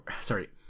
sorry